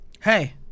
Hey